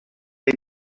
les